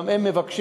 גם הם מבקשים,